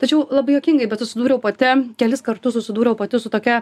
tačiau labai juokingai bet susidūriau pati kelis kartus susidūriau pati su tokia